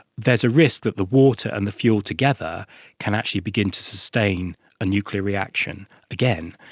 there is a risk that the water and the fuel together can actually begin to sustain a nuclear reaction again,